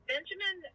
Benjamin